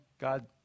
God